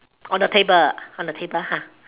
on the table on the table ah